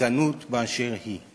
בגזענות באשר היא.